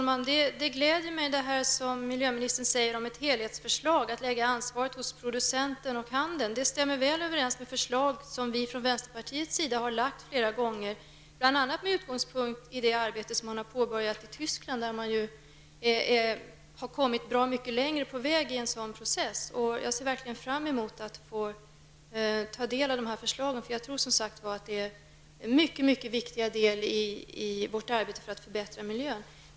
Herr talman! Det som miljöministern säger om ett helhetsförslag och om att lägga ansvaret hos producenten och handeln gläder mig. Det stämmer väl överens med förslag som vi i vänsterpartiet har lagt fram flera gånger, bl.a. med utgångspunkt i det arbete som påbörjats i Tyskland. Där har man ju kommit en bra bit längre på väg i en sådan process. Jag ser verkligen fram emot att få tal del av det här förslaget. Jag tror att detta är en mycket viktig del i vårt arbete för att förbättra miljön.